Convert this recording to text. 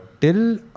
Till